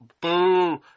boo